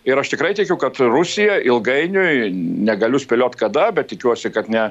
ir aš tikrai tikiu kad rusija ilgainiui negaliu spėlioti kada bet tikiuosi kad ne